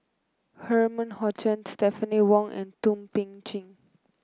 Herman Hochstadt Stephanie Wong and Thum Ping Tjin